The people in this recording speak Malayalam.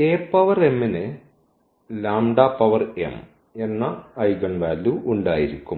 ന് എന്ന ഐഗൻവാല്യൂ ഉണ്ടായിരിക്കും